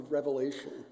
Revelation